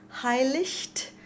Heiligt